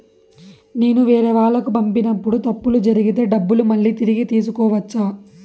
నేను వేరేవాళ్లకు పంపినప్పుడు తప్పులు జరిగితే డబ్బులు మళ్ళీ తిరిగి తీసుకోవచ్చా?